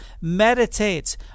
meditate